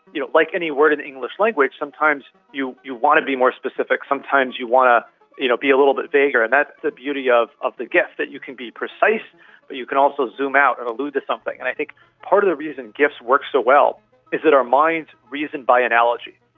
you know like any word in the english language, sometimes you you want to be more specific, sometimes you want to you know be a little bit vaguer, and that's the beauty of of the gif, that you can be precise but you can also zoom out and allude to something. and i think part of the reason gifs work so well is that our minds reason by analogy.